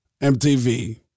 MTV